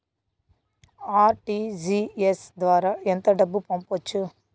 RTGS ద్వారా ఎంత డబ్బు పంపొచ్చు?